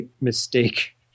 mistake